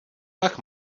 pak